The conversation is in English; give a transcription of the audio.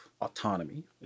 autonomy